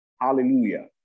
hallelujah